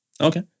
Okay